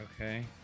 okay